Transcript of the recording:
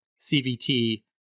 CVT